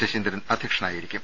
Saseendran അധൃക്ഷനായിരിക്കും